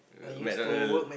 McDonald